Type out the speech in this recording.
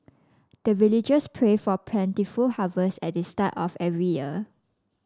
the villagers pray for plentiful harvest at the start of every year